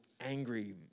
angry